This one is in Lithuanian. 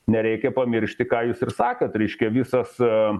nereikia pamiršti ką jūs ir sakėt reiškia visas